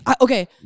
Okay